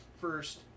first